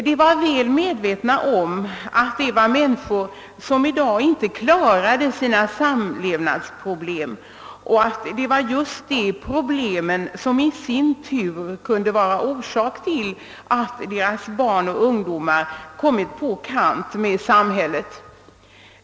De var väl medvetna om att de i dag inte klarade sina samlevnadsproblem, och att det var just de problemen, som i sin tur var orsak till att deras barn och ungdomar kommit på kant med samhället.